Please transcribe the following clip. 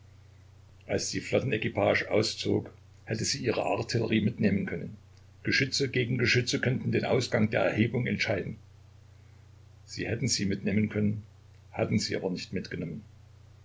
als die flottenequipage auszog hätte sie ihre artillerie mitnehmen können geschütze gegen geschütze könnten den ausgang der erhebung entscheiden sie hätten sie mitnehmen können hatten sie aber nicht mitgenommen